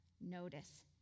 notice